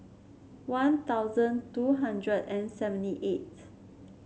One Thousand two hundred and seventy eight